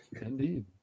Indeed